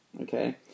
Okay